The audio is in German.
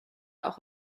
auch